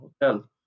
hotel